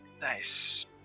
Nice